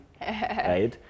right